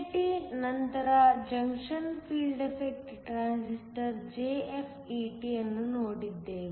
BJT ನಂತರ ನಾವು junction field effect transistor JFET ಅನ್ನು ನೋಡಿದ್ದೇವೆ